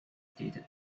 stated